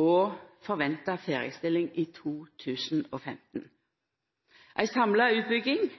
og forventa ferdigstilling i 2015. Ei samla utbygging